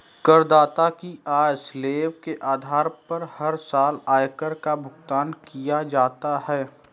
करदाता की आय स्लैब के आधार पर हर साल आयकर का भुगतान किया जाता है